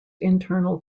internal